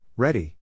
Ready